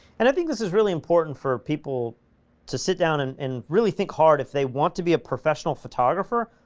and i think this is really important for people to sit down, and and really think hard if they want to be a professional photographer,